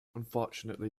unfortunately